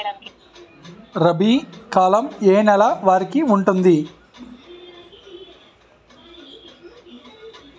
రబీ కాలం ఏ ఏ నెల వరికి ఉంటుంది?